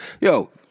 yo